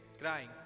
crying